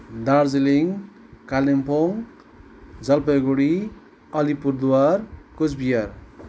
Darjeeling Kalimpong Jalpaiguri Alipurduar Cooch Behar